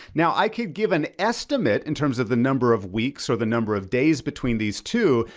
now i could give an estimate in terms of the number of weeks or the number of days between these two,